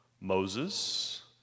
Moses